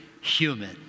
human